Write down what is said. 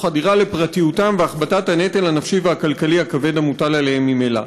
חדירה לפרטיותם והכבדת הנטל הנפשי והכלכלי הכבד המוטל עליהם ממילא.